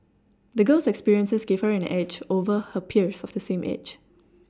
the girl's experiences gave her an edge over her peers of the same age